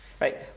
Right